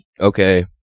okay